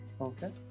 okay